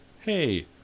hey